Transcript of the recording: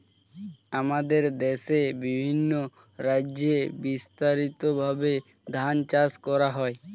আমাদের দেশে বিভিন্ন রাজ্যে বিস্তারিতভাবে ধান চাষ করা হয়